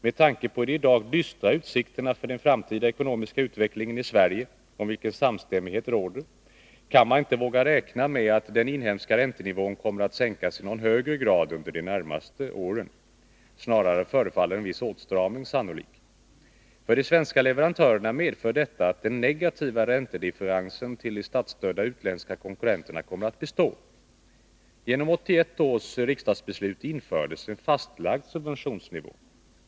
Med tanke på de i dag dystra utsikterna för den framtida ekonomiska utvecklingen i Sverige, om vilken samstämmighet råder, kan man inte våga räkna med att den inhemska räntenivån kommer att kunna sänkas i någon högre grad under de närmaste åren. Snarare förefaller en viss åtstramning sannolik. För de svenska leverantörerna medför detta att den negativa räntedifferensen till de statsstödda utländska konkurrenterna kommer att bestå. Genom 1981 års riksdagsbeslut infördes en fastlagd subventionsnivå.